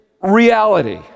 reality